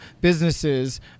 businesses